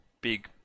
big